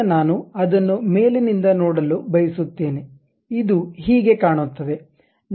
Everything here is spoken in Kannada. ಈಗ ನಾನು ಅದನ್ನು ಮೇಲಿನಿಂದ ನೋಡಲು ಬಯಸುತ್ತೇನೆ ಇದು ಹೀಗೆ ಕಾಣುತ್ತದೆ